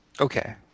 Okay